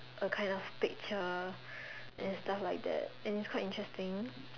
a kind of picture and stuff like that and it's quite interesting